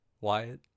Wyatt